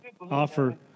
offer